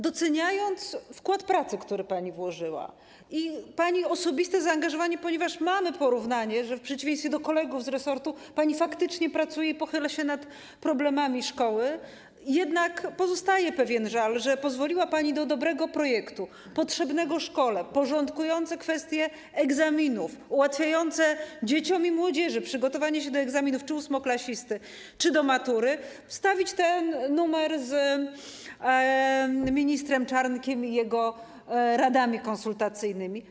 Doceniając wkład pracy, który pani włożyła, i pani osobiste zaangażowanie, ponieważ mamy porównanie, że w przeciwieństwie do kolegów z resortu pani faktycznie pracuje i pochyla się nad problemami szkoły, jednak pozostaje pewien żal, że pozwoliła pani do dobrego projektu potrzebnego szkole, porządkującego kwestie egzaminów, ułatwiającego dzieciom i młodzieży przygotowanie się do egzaminów czy ósmoklasisty, czy do matury wstawić ten numer z ministrem Czarnkiem i jego radami konsultacyjnymi.